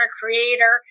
creator